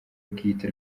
bwite